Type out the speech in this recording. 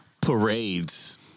Parades